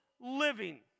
living